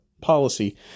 policy